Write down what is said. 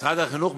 משרד החינוך,